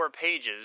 pages